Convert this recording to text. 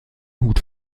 hut